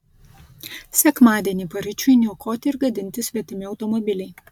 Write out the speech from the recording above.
sekmadienį paryčiui niokoti ir gadinti svetimi automobiliai